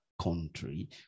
country